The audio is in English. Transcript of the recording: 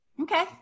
okay